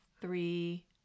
three